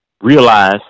realize